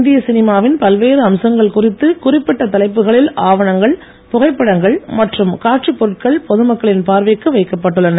இந்திய சினிமாவின் பல்வேறு அம்சங்கள் குறித்து குறிபிட தலைப்புகளில் ஆவணங்கள் புகைப்படங்கள் மற்றும் காட்சிப் பொருட்கள் பொதுமக்களின் பார்வைக்கு வைக்கப்பட்டுள்ளன